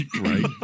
Right